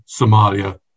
Somalia